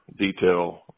detail